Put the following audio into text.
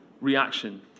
reaction